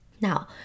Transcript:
Now